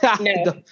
No